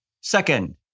Second